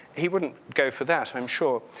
he wouldn't go for that, i'm sure.